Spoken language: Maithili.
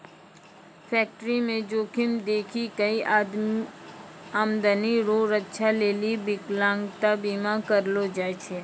फैक्टरीमे जोखिम देखी कय आमदनी रो रक्षा लेली बिकलांता बीमा करलो जाय छै